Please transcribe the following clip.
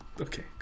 Okay